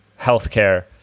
healthcare